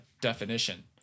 definition